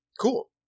Cool